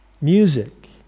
music